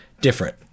different